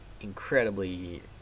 incredibly